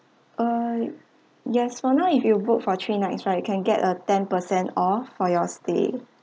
oh yes for now if you book for three nights right can get a ten per cent off for your stay